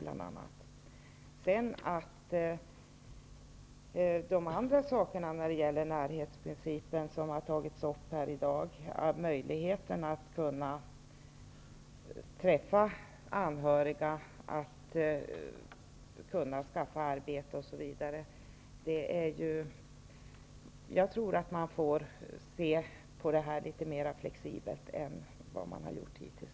Här i dag har tagits upp andra synpunkter på vikten av närhetsprincipen -- möjligheten att träffa anhöriga, skaffa arbete osv. Jag tror att man får se på det här litet mera flexibelt än man har gjort hittills.